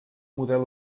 model